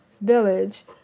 Village